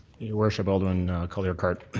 your worship, alderman colley-urquhart,